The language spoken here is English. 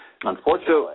Unfortunately